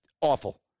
awful